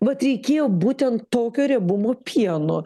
vat reikėjo būtent tokio riebumo pieno